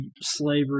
slavery